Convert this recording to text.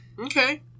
Okay